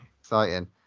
Exciting